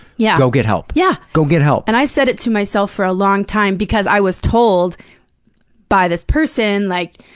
yeah go get help. yeah. go get help. and i said it to myself for a long time, because i was told by this person, like,